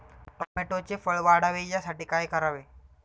टोमॅटोचे फळ वाढावे यासाठी काय करावे?